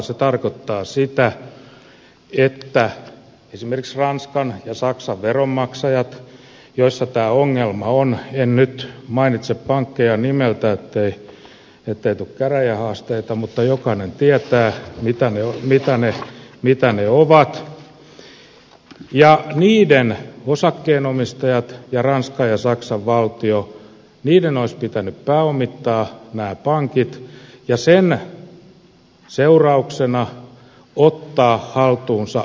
se tarkoittaa sitä että esimerkiksi ranskan ja saksan joissa tämä ongelma on veronmaksajien en nyt mainitse pankkeja nimeltä ettei tule käräjähaasteita mutta jokainen tietää mitä ne ovat niiden osakkeenomistajien ja ranskan ja saksan valtioiden olisi pitänyt pääomittaa nämä pankit ja sen seurauksena ottaa haltuunsa osakkeita